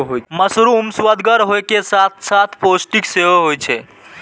mushroom सुअदगर होइ के साथ साथ पौष्टिक सेहो होइ छै